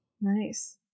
Nice